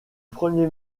premier